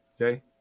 Okay